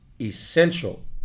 essential